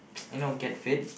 you know get fit